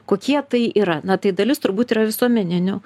kokie tai yra na tai dalis turbūt yra visuomeninių